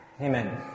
Amen